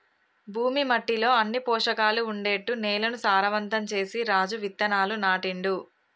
భూమి మట్టిలో అన్ని పోషకాలు ఉండేట్టు నేలను సారవంతం చేసి రాజు విత్తనాలు నాటిండు